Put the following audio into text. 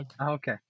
Okay